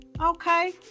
okay